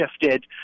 shifted